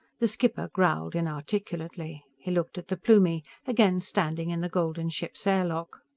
the skipper growled inarticulately. he looked at the plumie, again standing in the golden ship's air lock.